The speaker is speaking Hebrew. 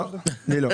לא, לי לא.